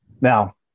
now